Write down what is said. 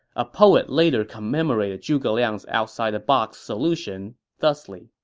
a poet later commemorated zhuge liang's outside-the-box solution thus like